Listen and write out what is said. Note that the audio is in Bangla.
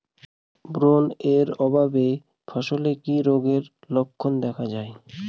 বোরন এর অভাবে ফসলে কি রোগের লক্ষণ দেখা যায়?